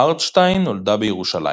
ארטשטיין נולדה בירושלים.